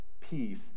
peace